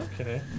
Okay